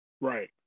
Right